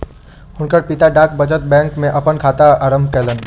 हुनकर पिता डाक बचत बैंक में अपन खाता के आरम्भ कयलैन